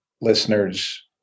listeners